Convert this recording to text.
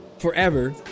forever